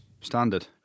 Standard